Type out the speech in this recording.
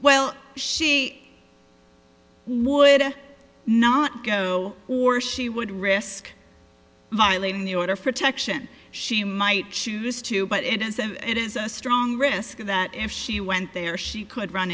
well she would not go or she would risk violating the order of protection she might choose to but it is and it is a strong risk that if she went there she could run